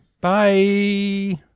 Bye